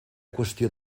qüestió